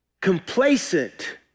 complacent